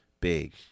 big